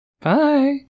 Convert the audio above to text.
bye